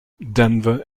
denver